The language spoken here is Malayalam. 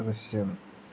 ദൃശ്യം